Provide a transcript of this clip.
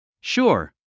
Sure